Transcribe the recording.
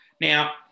Now